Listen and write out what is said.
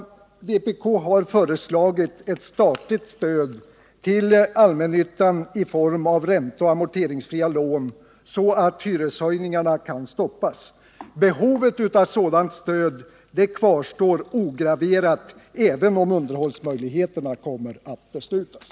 Vänsterpartiet kommunisterna har föreslagit ett statligt stöd till allmännyttan i form av ränteoch amorteringsfria lån, så att hyreshöjningarna kan stoppas. Behovet av ett sådant stöd kvarstår ograverat även om man beslutar ge lån till underhåll.